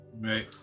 Right